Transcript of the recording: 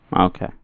Okay